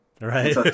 Right